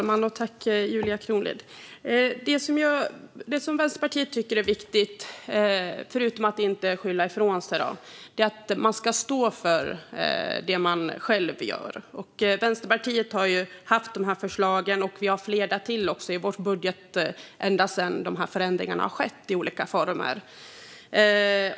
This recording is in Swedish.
Fru talman! Det som Vänsterpartiet tycker är viktigt, förutom att inte skylla ifrån sig, är att man står för det man själv gör. Vi i Vänsterpartiet har haft de här förslagen - och fler därtill - i vår budget ända sedan dessa förändringar skedde i olika former.